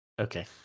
Okay